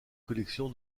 collection